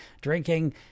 drinking